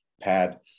pad